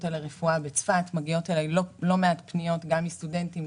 מגיעות אלי לא מעט פניות מסטודנטים,